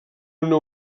una